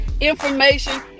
information